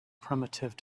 primitive